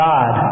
God